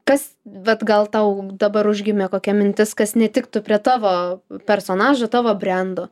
kas vat gal tau dabar užgimė kokia mintis kas netiktų prie tavo personažo tavo brendo